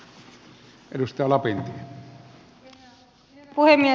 herra puhemies